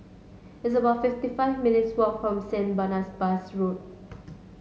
it's about fifty five minutes walk from Saint Barnasbas Road